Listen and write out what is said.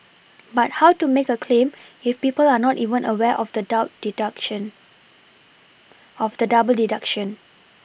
but how to make a claim if people are not even aware of the double deduction of the double deduction